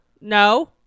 no